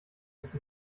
ist